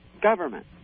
government